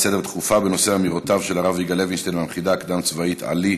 בנושא אמירותיו של הרב יגאל לוינשטיין מהמכינה הקדם-צבאית עלי,